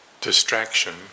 distraction